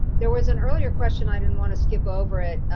there was an earlier question i didn't want to skip over it,